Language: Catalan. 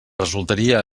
resultaria